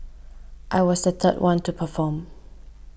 I was the third one to perform